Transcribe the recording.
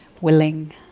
willing